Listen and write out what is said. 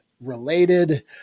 related